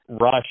Rush